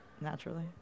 Naturally